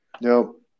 Nope